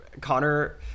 Connor